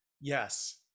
yes